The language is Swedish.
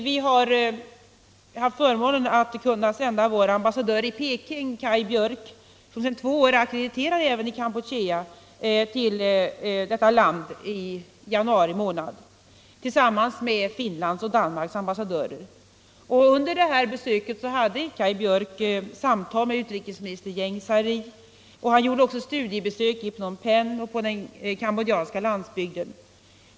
Vi har haft förmånen att kunna sända vår ambassadör i Peking, Kaj Björk, som sedan två år är ackrediterad även i Kampuchea, till detta land i januari månad tillsammans med Finlands och Danmarks ambassadörer. Under detta besök hade Kaj Björk samtal med utrikesminister Ieng Sary och gjorde studiebesök i Phnom Penh och på den cambodjanska landsbygden.